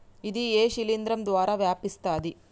ఇది ఏ శిలింద్రం ద్వారా వ్యాపిస్తది?